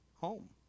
home